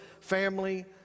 family